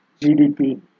GDP